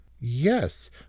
Yes